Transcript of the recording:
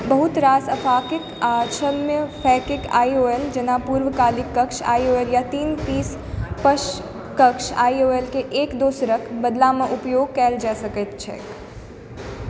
बहुत रास अफाकिक लेंसहीन आ छद्म फैकिक आईओएल जेना पूर्वकालिक कक्ष आईओएल या तीन पीस पश्च कक्ष आईओएल के एक दोसरक बदला मे उपयोग कयल जा सकैत छैक